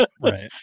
right